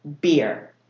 beer